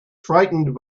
frightened